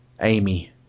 amy